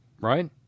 right